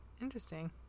Interesting